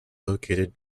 located